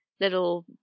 little